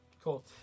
cool